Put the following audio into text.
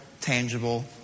tangible